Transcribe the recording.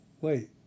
Wait